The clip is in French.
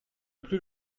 plus